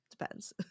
depends